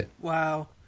Wow